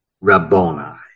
Rabboni